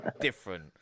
different